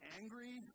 angry